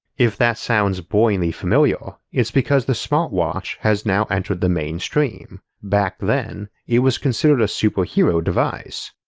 if that sounds boringly familiar, it's because the smartwatch has now entered the mainstream. back then, it was considered a superhero device.